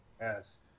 Yes